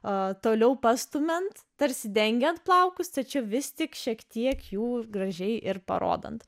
o toliau pastumiant tarsi dengiant plaukus tačiau vis tik šiek tiek jų gražiai ir parodant